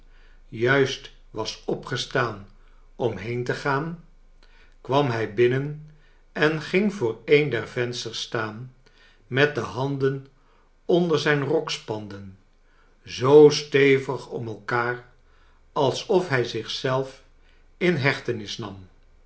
juist was opgestaan om been te gaan kwam hij binnen en ging voor een der vensters staan met de handen onder zijn rokspanden zoo stevig om elkaar alsof hij zich zelf in hechtenis nam